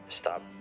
stop